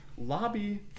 Lobby